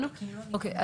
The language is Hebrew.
אוקיי.